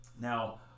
Now